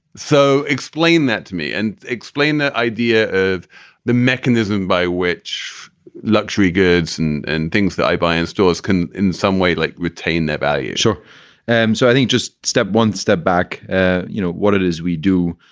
so explain that to me and explain that idea of the mechanism by which luxury goods and and things that i buy in stores can in some way like retain their value. sure and so i think just step one step back. and you know what it is we do?